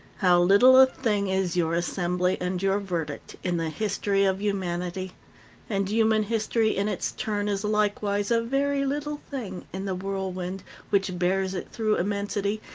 how little a thing is your assembly and your verdict in the history of humanity and human history, in its turn, is likewise a very little thing in the whirlwind which bears it through immensity,